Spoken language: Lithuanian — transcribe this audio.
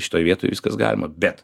šitoj vietoj viskas galima bet